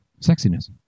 sexiness